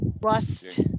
rust